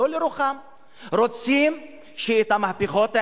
רוצים שהמהפכות האלה,